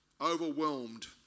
overwhelmed